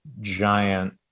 giant